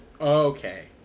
Okay